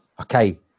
Okay